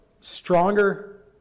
stronger